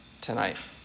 tonight